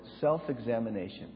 self-examination